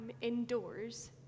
indoors